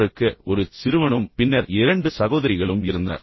அவருக்கு ஒரு சிறுவனும் பின்னர் இரண்டு சகோதரிகளும் இருந்தனர்